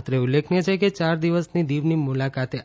અત્રે ઉલ્લેખનીય છે કે ચાર દિવસની દીવની મુલાકાતે